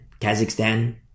Kazakhstan